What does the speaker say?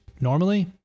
Normally